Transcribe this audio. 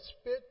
spit